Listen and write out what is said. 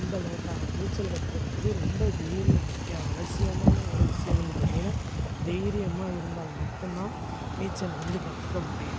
ரொம்ப லேட்டாகும் நீச்சல் கற்றுக்கறதுக்கு ரொம்ப தைரியம் முக்கியம் அவசியமான ஒரு விஷயம் வந்து பார்த்திங்கனா தைரியமாக இருந்தால் மட்டும்தான் நீச்சல் வந்து கற்றுக்க முடியும்